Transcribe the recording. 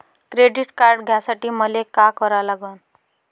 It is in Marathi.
क्रेडिट कार्ड घ्यासाठी मले का करा लागन?